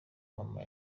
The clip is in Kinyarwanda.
mama